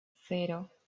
cero